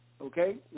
Okay